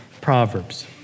Proverbs